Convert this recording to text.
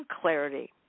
clarity